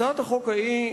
הצעת החוק ההיא,